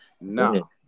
No